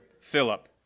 Philip